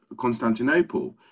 Constantinople